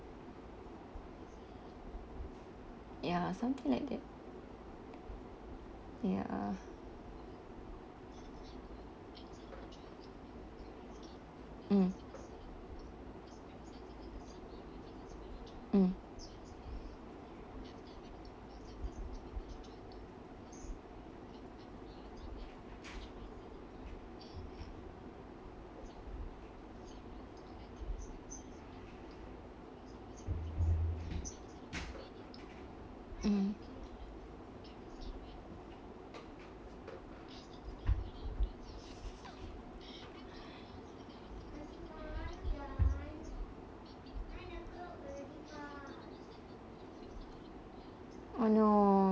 ya something like that ya mm mm mm oh no